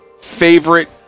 favorite